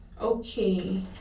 Okay